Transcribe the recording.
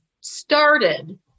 started